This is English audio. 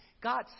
God